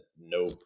nope